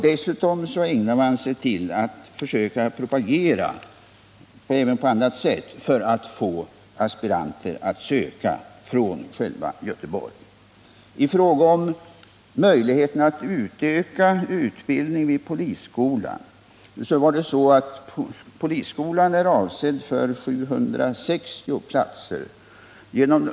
Dessutom försöker man bl.a. genom att propagera få aspiranter från själva Göteborg. Inger Lindquist frågade för det andra om möjligheterna att utöka utbildningen vid polisskolan. Polisskolan har 760 platser.